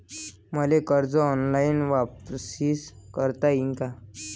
मले कर्ज ऑनलाईन वापिस करता येईन का?